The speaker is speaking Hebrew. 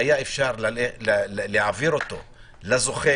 והיה אפשר להעביר אותו לזוכה,